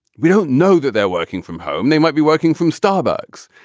we don't know that they're working from home. they might be working from starbucks.